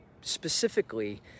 specifically